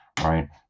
right